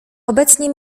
obecnie